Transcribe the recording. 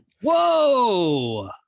Whoa